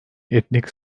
etnik